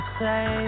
say